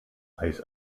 eis